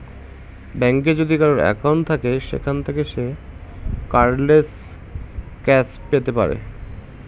ব্যাঙ্কে যদি কারোর একাউন্ট থাকে সেখান থাকে সে কার্ডলেস ক্যাশ পেতে পারে